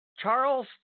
Charles